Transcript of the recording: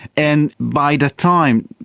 and by the time,